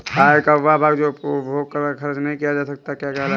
आय का वह भाग जो उपभोग पर खर्च नही किया जाता क्या कहलाता है?